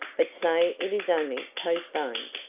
but say it is only postponed.